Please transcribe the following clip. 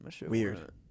Weird